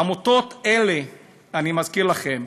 העמותות האלה, אני מזכיר לכם,